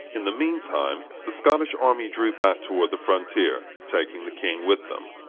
in the mean time the scottish army drew back toward the frontier, taking the king with them.